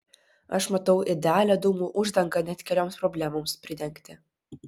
aš matau idealią dūmų uždangą net kelioms problemoms pridengti